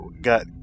got